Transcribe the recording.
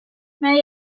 many